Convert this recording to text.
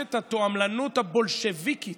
מערכת התועמלנות הבולשביקית